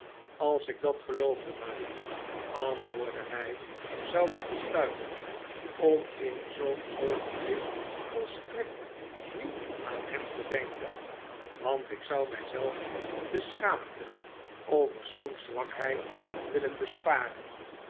als ik dat geloofde marie antwoordde hij zou ik besluiten om in zoo'n oogenblik volstrekt niet aan hem te denken want ik zou mij zelf de schaamte over zoo'n zwakheid willen besparen